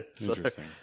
Interesting